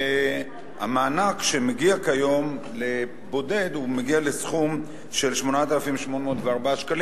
המענק שמגיע כיום לבודד מגיע לסך 8,804 שקל,